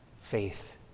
faith